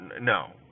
no